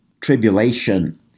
tribulation